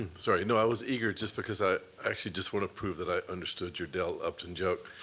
sorry, no, i was eager just because i actually just want to prove that i understood your dale upton joke,